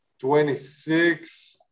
twenty-six